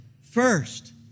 first